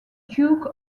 duke